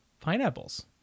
pineapples